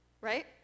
right